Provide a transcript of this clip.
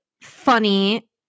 funny